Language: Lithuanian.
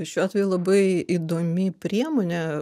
šiuo atveju labai įdomi priemonė